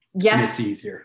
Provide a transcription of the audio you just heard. Yes